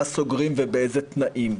מה סוגרים ובאיזה תנאים.